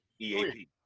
EAP